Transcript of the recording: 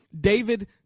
David